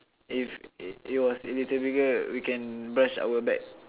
if if it was if it's difficult we can brush our back